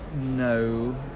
no